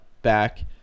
Back